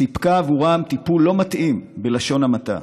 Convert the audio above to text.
סיפקה עבורם טיפול לא מתאים, בלשון המעטה.